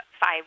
five